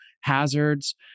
hazards